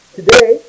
today